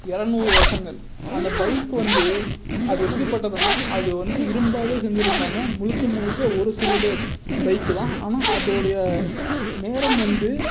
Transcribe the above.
இரநூறு வருஷங்கள் அந்த பைக்கு வந்து அது எப்படிப்பட்டதுனா அது வந்து இரும்பால் செஞ்சுருப்பாங்க முழுக்க முழுக்க ஒரு சிலிண்ட்ரு பைக்கு தான் ஆனால் அதோடய நேரம் வந்து